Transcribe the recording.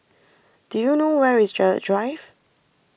do you know where is Gerald Drive